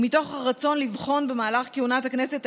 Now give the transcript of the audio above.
ומתוך הרצון לבחון את העניין